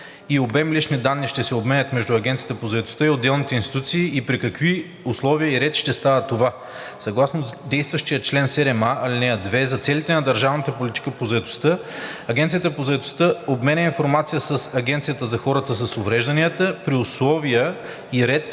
обем лични данни ще се обменят между Агенцията по заетостта и отделните институции и при какви условия и ред ще става това. Съгласно действащия чл. 7а, ал. 2 за целите на държавната политика по заетостта Агенцията по заетостта обменя информация с Агенцията за хората с увреждания при условия и ред,